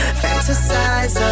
fantasize